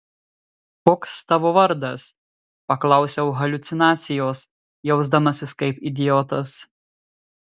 koks tavo vardas paklausiau haliucinacijos jausdamasis kaip idiotas